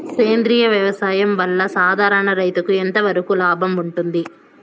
సేంద్రియ వ్యవసాయం వల్ల, సాధారణ రైతుకు ఎంతవరకు లాభంగా ఉంటుంది?